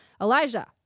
Elijah